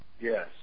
Yes